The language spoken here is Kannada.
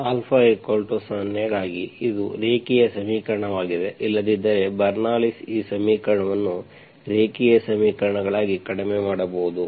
α0 ಗಾಗಿ ಇದು ರೇಖೀಯ ಸಮೀಕರಣವಾಗಿದೆ ಇಲ್ಲದಿದ್ದರೆ ಬರ್ನೌಲ್ಲಿಸ್bernoullis ಈ ಸಮೀಕರಣವನ್ನು ರೇಖೀಯ ಸಮೀಕರಣಗಳಾಗಿ ಕಡಿಮೆ ಮಾಡಬಹುದು